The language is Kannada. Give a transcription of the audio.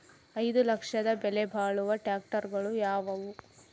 ಐದು ಲಕ್ಷದ ಬೆಲೆ ಬಾಳುವ ಟ್ರ್ಯಾಕ್ಟರಗಳು ಯಾವವು?